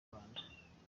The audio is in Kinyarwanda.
rwanda